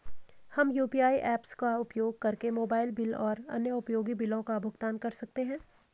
हम UPI apps का उपयोग करके मोबाइल बिल और अन्य उपयोगी बिलों का भुगतान कर सकते हैं